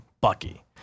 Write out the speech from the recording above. Bucky